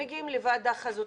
ומגיעים לוועדה חזותית.